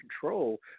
control